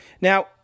Now